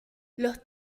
los